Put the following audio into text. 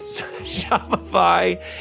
Shopify